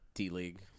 D-League